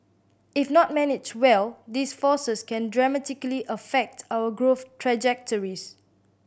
if not managed well these forces can dramatically affect our growth trajectories